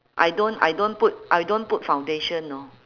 I don't I don't put I don't put foundation you know